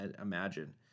imagine